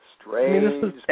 Strange